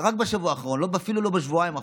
רק בשבוע האחרון, אפילו לא בשבועיים האחרונים,